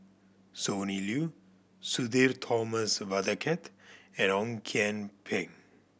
Sonny Liew Sudhir Thomas Vadaketh and Ong Kian Peng